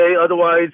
Otherwise